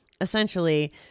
Essentially